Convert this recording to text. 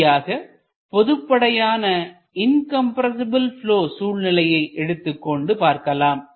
இறுதியாக பொதுபடையான incompressible flow சூழ்நிலையை எடுத்துக்கொண்டு பார்க்கலாம்